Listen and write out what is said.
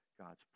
God's